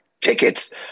tickets